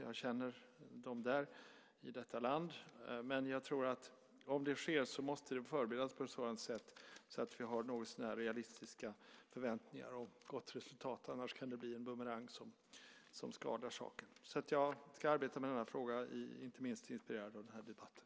Jag känner dem i detta land. Men om det sker måste det förberedas på ett sådant sätt att vi har någotsånär realistiska förväntningar om ett gott resultat. Annars kan det bli en bumerang som skadar saken. Jag ska arbeta med denna fråga, inte minst inspirerad av den här debatten.